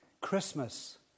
Christmas